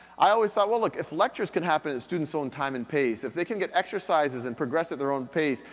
i always thought well look, if lectures could happen at a student's own time and pace, if they can get exercises and progress at their own pace,